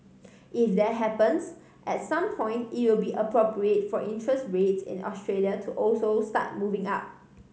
if that happens at some point it will be appropriate for interest rates in Australia to also start moving up